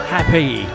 Happy